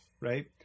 right